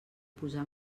posar